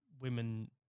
women